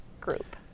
group